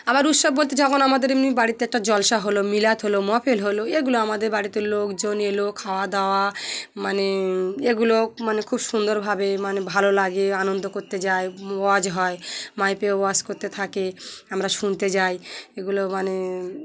আবার উৎসব বলতে যখন আমাদের এমনি বাড়িতে একটা জলসা হলো মিলাত হলো মফেল হলো এগুলো আমাদের বাড়িতে লোকজন এলো খাওয়া দাওয়া মানে এগুলো মানে খুব সুন্দরভাবে মানে ভালো লাগে আনন্দ করতে যাই ওয়াজ হয় মাইকে ওয়াজ করতে থাকে আমরা শুনতে যাই এগুলো মানে